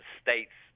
states